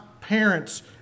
parents